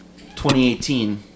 2018